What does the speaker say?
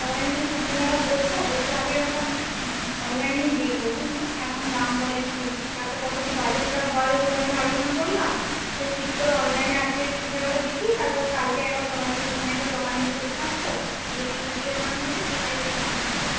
সবাই মিলে সন্ধ্যাবেলা বসব বসে আগে আমরা অনলাইনেই দেখব বুঝলে কেমন দাম বলে কী তারপর কত কী বাজেটটা সবাই মিলে আলোচনা করলাম দিয়ে ঠিক করে অনলাইনে আজকে সন্ধ্যাবেলা দেখি তারপর কালকে একবার সবাই মিলে সময় করে দোকানে গিয়ে দেখে আসবো যেটা সুবিধে মনে হবে সেটাই হচ্ছে আমরা নেব